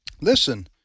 Listen